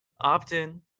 opt-in